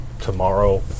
tomorrow